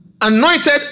anointed